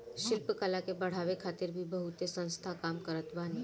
शिल्प कला के बढ़ावे खातिर भी बहुते संस्थान काम करत बाने